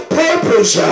purpose